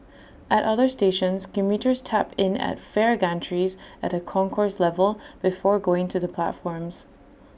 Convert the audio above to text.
at other stations commuters tap in at fare gantries at A concourse level before going to the platforms